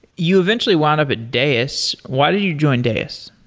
you eventually wound up at deis. why did you joined deis?